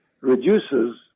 reduces